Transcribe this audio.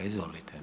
Izvolite.